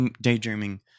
daydreaming